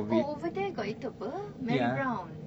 oh over there got itu apa Marybrown